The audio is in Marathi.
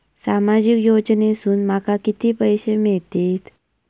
सामाजिक योजनेसून माका किती पैशे मिळतीत?